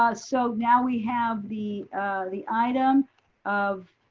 ah so now we have the the item of,